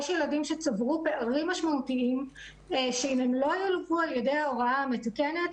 יש ילדים שצברו פערים משמעותיים שאם הם לא ילוו על ידי ההוראה המתקנת,